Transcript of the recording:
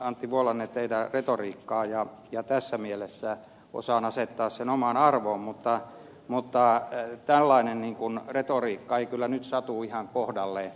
antti vuolanne teidän retoriikkaanne ja tässä mielessä osaan asettaa sen omaan arvoonsa mutta tällainen retoriikka ei kyllä nyt satu ihan kohdalleen